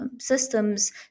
systems